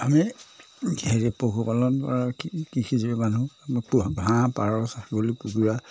আমি হেৰি পশুপালন কৰা কৃষিজীৱী মানুহ আমি হাঁহ পাৰ ছাগলী কুকুৰা